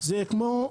זה כמו ב-1948.